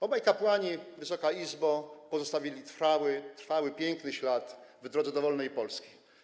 Obaj kapłani, Wysoka Izbo, pozostawili trwały, piękny ślad w drodze do wolnej Polski.